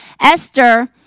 Esther